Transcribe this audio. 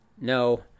no